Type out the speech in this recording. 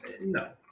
No